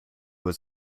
was